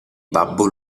babbo